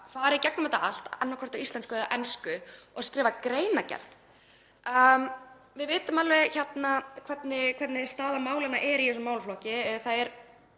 fara í gegnum þetta allt, annaðhvort á íslensku eða ensku, og skrifa greinargerð? Við vitum alveg hvernig staðan er í þessum málaflokki.